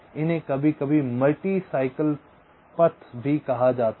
इन्हें कभी कभी मल्टी साइकिल पथ भी कहा जाता है